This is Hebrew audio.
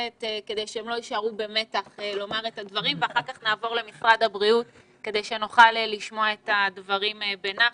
הכנסת ואחר כך נעבור למשרד הבריאות כדי שנוכל לשמוע את הדברים בנחת.